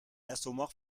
l’assommoir